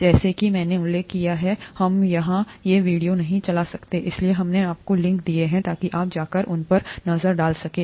जैसा कि मैंने उल्लेख किया है हम यहां ये वीडियो नहीं चला सकते हैं इसलिए हमने आपको लिंक दिए हैं ताकि आप जा कर उन पर एक नज़र डाल सकें